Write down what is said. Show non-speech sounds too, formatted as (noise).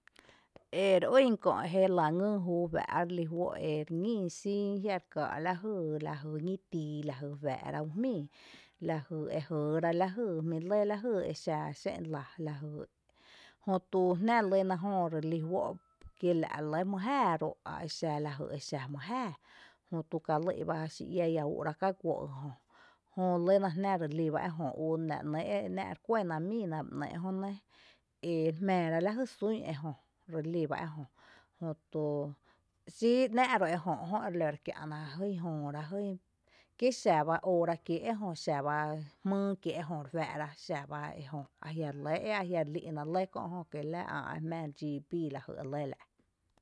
Ere ýn kö’ jélⱥ ngyy júu ejuⱥ’ arelí juó’ ere ñín sin eajia’ re káa’ lajy, (hesitation) lajy ñí tii lajy juⱥⱥ’ rá’ ju jmíi lajy e jɇɇ ra lajý jmí lɇ lajý exa xé’n la lajy jötu jná lyna (noise) jö ere lí juó’ kí la’ relɇ mý jáaá ro’ aexa lajy exa mý jáaá jötu kalý’ bá xi iⱥ iⱥú’ra k aguó ejö, jö lɇ na jná, relí bá ejö ú la ‘née’ e ‘ná’ re kuɇ ná míi ná ba ‘née’ jö ne ere jmⱥⱥ lajy sún ejÖ relí bá ejö jötu sí ‘ná’ ro ejö e ‘ná’ re lǿ ra kiá’na jýn jööra jýn kí xa bá óora kiée’ ejö xaba jmýy kiee’ ejö re fⱥⱥ’ ra xaba ejö ajia’ re lɇ e ajia’ relí’na kö’ jö kí la ä’ e jmⱥⱥ dxii bíi lajy e lɇ la’.